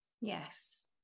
Yes